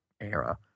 era